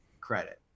credit